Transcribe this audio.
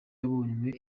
yabonywe